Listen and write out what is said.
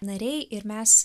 nariai ir mes